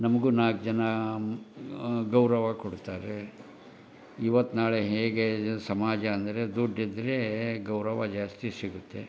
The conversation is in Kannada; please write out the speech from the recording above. ನಮಗೂ ನಾಲ್ಕು ಜನ ಮ್ ಗೌರವ ಕೊಡ್ತಾರೆ ಇವತ್ತು ನಾಳೆ ಹೇಗೆ ಸಮಾಜ ಅಂದರೆ ದುಡ್ಡು ಇದ್ದರೆ ಗೌರವ ಜಾಸ್ತಿ ಸಿಗುತ್ತೆ